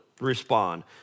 respond